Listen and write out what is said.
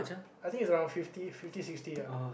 I think is around fifty fifty sixty ah